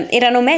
erano